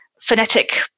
phonetic